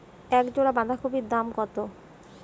এক জোড়া বাঁধাকপির দাম কত?